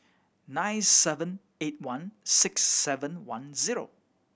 nine seven eight one six seven one zero